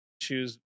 choose